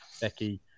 Becky